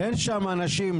אין שם אנשים,